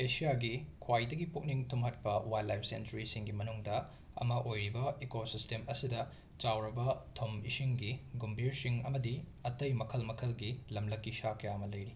ꯑꯦꯁꯤꯌꯥꯒꯤ ꯈ꯭ꯋꯥꯏꯗꯒꯤ ꯄꯨꯛꯅꯤꯡ ꯊꯨꯝꯍꯠꯄ ꯋꯥꯏꯜꯂꯥꯏꯐ ꯁꯦꯟꯆꯨꯔꯤꯁꯤꯡꯒꯤ ꯃꯅꯨꯡꯗ ꯑꯃ ꯑꯣꯏꯔꯤꯕ ꯏꯀꯣꯁꯤꯁꯇꯦꯝ ꯑꯁꯤꯗ ꯆꯥꯎꯔꯕ ꯊꯨꯝ ꯏꯁꯤꯡꯒꯤ ꯒꯨꯝꯕꯤꯔꯁꯤꯡ ꯑꯃꯗꯤ ꯑꯇꯩ ꯃꯈꯜ ꯃꯈꯜꯒꯤ ꯂꯝꯂꯛꯀꯤ ꯁꯥ ꯀꯌꯥ ꯑꯃ ꯂꯩꯔꯤ